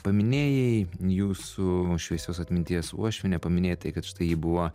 paminėjai jūsų šviesios atminties uošvienę paminėjai tai kad štai ji buvo